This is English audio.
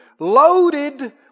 Loaded